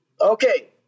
Okay